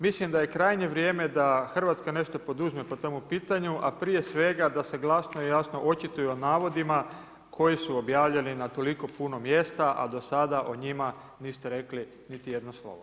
Mislim da je krajnje vrijeme da Hrvatska nešto poduzme po tom pitanju a prije svega da se glasno i jasno očituje o navodima koji su objavljeni na toliko puno mjesta a do sada o njima niste rekli niti jedno slovo.